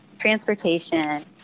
transportation